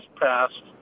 passed